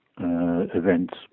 events